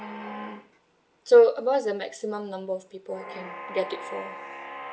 so what's the maximum number of people I can get it for